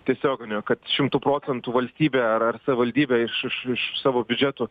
tiesioginio kad šimtu procentų valstybė ar ar savivaldybė iš iš iš savo biudžetų